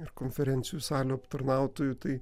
ir konferencijų salių aptarnautoju tai